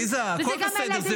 עליזה, הכול בסדר.